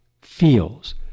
feels